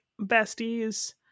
Besties